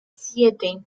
siete